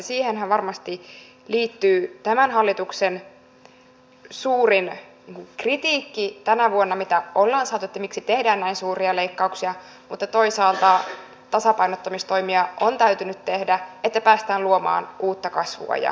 siihenhän varmasti liittyy tämän hallituksen suurin kritiikki tänä vuonna mitä ollaan saatu että miksi tehdään näin suuria leikkauksia mutta toisaalta tasapainottamistoimia on täytynyt tehdä että päästään luomaan uutta kasvua ja kehitystä